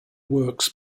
works